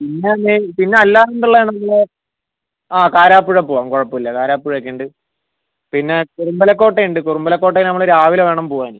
ഇന്ന് അല്ലെങ്കിൽ പിന്നെ അല്ലാണ്ടുള്ളതാണെങ്കിൽ ആ കാരാപ്പുഴ പോവാം കുഴപ്പമില്ല കാരാപ്പുഴയൊക്കെയുണ്ട് പിന്നെ കുറുമ്പലക്കോട്ടയുണ്ട് കുറുമ്പലക്കോട്ടയിൽ നമ്മൾ രാവിലെ വേണം പോവാൻ